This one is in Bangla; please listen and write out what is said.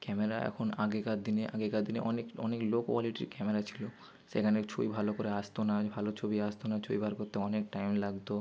ক্যামেরা এখন আগেকার দিনে আগেকার দিনে অনেক অনেক লো কোয়ালিটির ক্যামেরা ছিল সেখানে ছবি ভালো করে আসতো না ভালো ছবি আসতো না ছবি বার করতে অনেক টাইম লাগতো